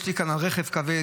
יש לי כאן על רכב כבד,